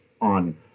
on